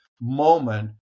moment